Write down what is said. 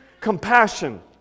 compassion